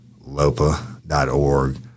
LOPA.org